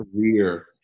career